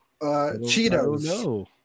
Cheetos